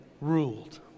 ruled